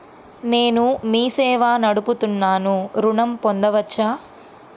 నేను మీ సేవా నడుపుతున్నాను ఋణం పొందవచ్చా?